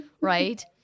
right